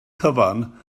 cyfan